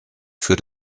für